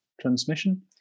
transmission